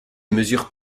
mesures